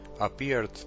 appeared